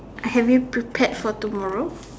I have you prepared for tomorrow